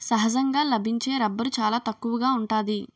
సహజంగా లభించే రబ్బరు చాలా తక్కువగా ఉంటాది